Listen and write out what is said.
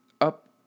up